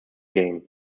game